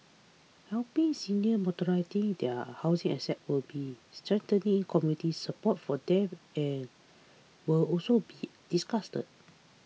helping seniors monetise their housing assets will be strengthening community support for them and will also be discussed